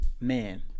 man